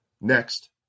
Next